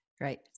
Right